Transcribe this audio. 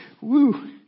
Woo